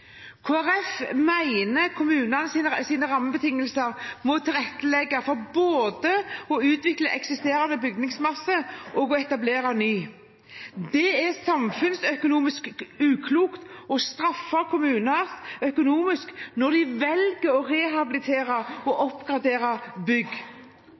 rammebetingelser må tilrettelegge både for å utvikle eksisterende bygningsmasse og for å etablere ny. Det er samfunnsøkonomisk uklokt å straffe kommuner økonomisk når de velger å rehabilitere og oppgradere bygg.